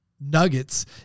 nuggets